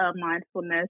mindfulness